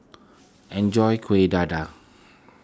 enjoy Kueh Dadar